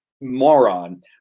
moron